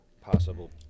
possible